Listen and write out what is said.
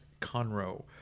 Conroe